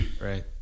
Right